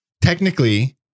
Technically